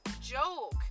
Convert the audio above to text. joke